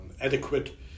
adequate